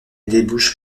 débouche